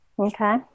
Okay